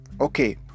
okay